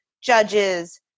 judges